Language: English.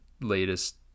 latest